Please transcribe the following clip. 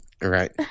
Right